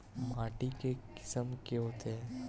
माटी के किसम के होथे?